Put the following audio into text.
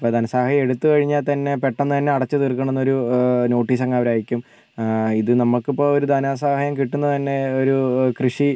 അപ്പോൾ ധനസഹായം എടുത്തുകഴിഞ്ഞാൽ തന്നെ പെട്ടെന്ന് തന്നെ അടച്ചുതീർക്കണം എന്ന് ഒരു നോട്ടീസ് അങ്ങ് അവർ അയയ്ക്കും ഇത് നമുക്ക് ഇപ്പോൾ ഒരു ധനസഹായം കിട്ടുന്നത് തന്നെ ഒരു കൃഷി